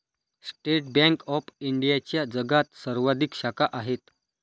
state bank of इंडियाच्या जगात सर्वाधिक शाखा आहेत